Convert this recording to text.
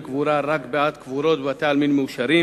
קבורה רק על קבורות בבתי-עלמין מאושרים.